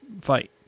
fight